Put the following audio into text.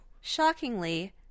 Shockingly